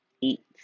eat